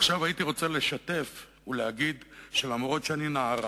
"עכשיו הייתי רוצה לשתף ולהגיד שלמרות שאני נערה